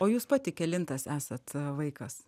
o jūs pati kelintas esat vaikas